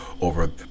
over